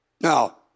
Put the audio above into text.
Now